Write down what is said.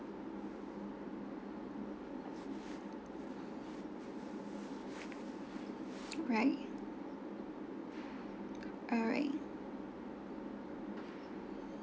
right alright